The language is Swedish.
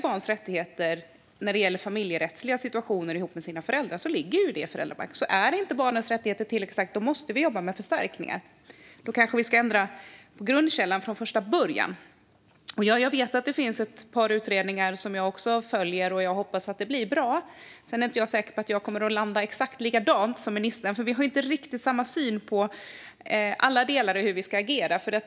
Barns rättigheter när det gäller familjerättsliga situationer ihop med föräldrar ligger i föräldrabalken. Är inte barnens rättigheter tillräckligt starka måste vi jobba med förändringar, och då kanske vi ska ändra på grundkällan från första början. Jag vet att det finns ett par utredningar som jag också följer. Jag hoppas att det blir bra. Sedan är jag inte säker på att jag kommer att landa exakt likadant som ministern. Vi har ju inte riktigt samma syn i alla delar och på hur vi ska agera.